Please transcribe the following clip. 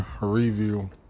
review